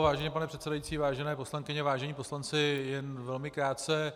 Vážený pane předsedající, vážené poslankyně, vážení poslanci, jen velmi krátce.